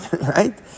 right